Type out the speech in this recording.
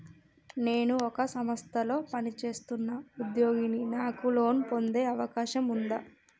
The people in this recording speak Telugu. నేను ఒక సంస్థలో పనిచేస్తున్న ఉద్యోగిని నాకు లోను పొందే అవకాశం ఉందా?